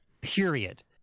Period